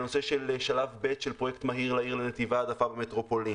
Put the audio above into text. הנושא של שלב ב' של פרויקט מהיר לעיר בנתיבי העדפה במטרופולין.